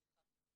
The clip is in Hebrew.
סליחה.